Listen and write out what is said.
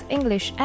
English